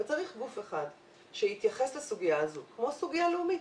וצריך גוף אחד שיתייחס לסוגיה הזאת כמו סוגיה לאומית.